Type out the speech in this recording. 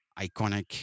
iconic